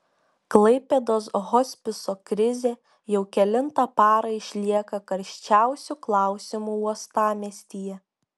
klaipėdos hospiso krizė jau kelintą parą išlieka karščiausiu klausimu uostamiestyje